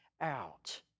out